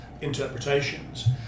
interpretations